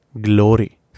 glory